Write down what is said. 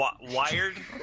wired